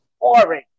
boring